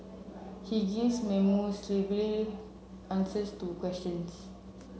he gives monosyllabic answers to questions